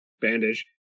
bandage